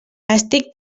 estic